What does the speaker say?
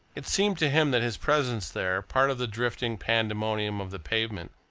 it seemed to him that his presence there, part of the drifting pandemonium of the pavement,